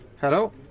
Hello